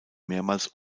mehrmals